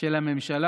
של הממשלה,